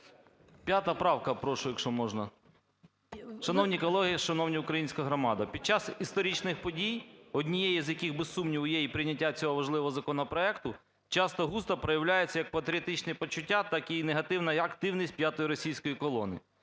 5 правка, прошу, якщо можна. Шановні колеги, шановна українська громадо! Під час історичних подій, однією з яких, без сумніву, є і прийняття цього важливого законопроекту, часто-густо проявляються як патріотичні почуття, так і негативна активність "п'ятої російської колони".